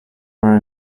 are